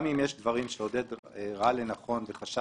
וזה